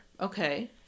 Okay